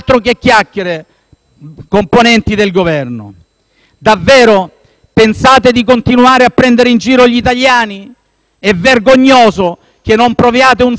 davvero pensate di continuare a prendere in giro gli italiani? È vergognoso che non proviate un senso di vergogna per quello che state facendo. Per colpa